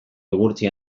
igurtzi